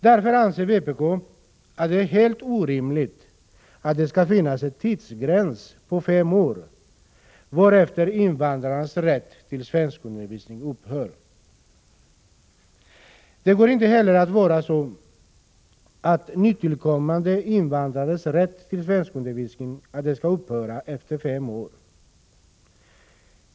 Därför anser vpk att det är helt orimligt att det skall finnas en tidsgräns på fem år, varefter invandrarnas rätt till svenskundervisning upphör. Det får inte heller vara så, att nytillkommande invandrares rätt till svenskundervisning upphör efter fem år.